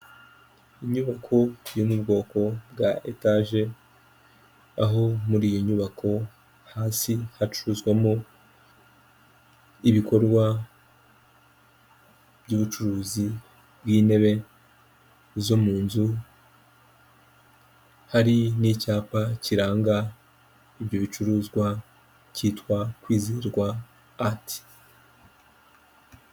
Inyubako yo mu bwoko bwa etaje, aho muri iyo nyubako hasi hacuruzwamo ibikorwa by'ubucuruzi, nk'intebe zo mu nzu, hari n'icyapa kiranga ibyo bicuruzwa cyitwa Kwizerwa ati.